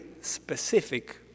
specific